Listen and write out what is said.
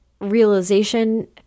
realization